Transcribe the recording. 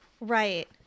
Right